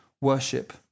worship